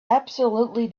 absolutely